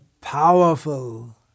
powerful